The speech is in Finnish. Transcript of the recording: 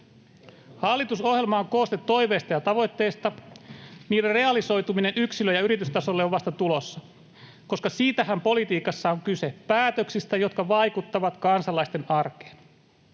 Hallitusohjelma on kooste toiveista ja tavoitteista. Niiden realisoituminen yksilö- ja yritystasolle on vasta tulossa. Siitähän politiikassa on kyse: päätöksistä, jotka vaikuttavat kansalaisten arkeen.